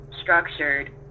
structured